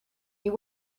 you